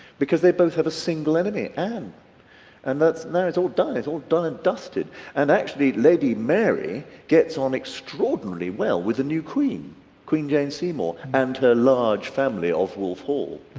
because they both have a single enemy and and now it's all done. it's all done and dusted, and actually lady mary gets on extraordinarily well with the new queen queen jane seymour, and her large family of wolf hall.